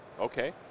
okay